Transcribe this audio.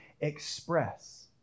express